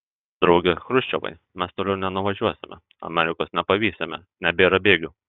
drauge chruščiovai mes toliau nenuvažiuosime amerikos nepavysime nebėra bėgių